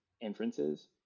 inferences